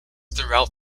throughout